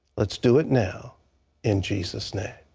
let's do it now in jesus' name.